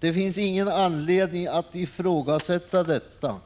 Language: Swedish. Det finns ingen anledning att ifrågasätta detta